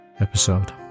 episode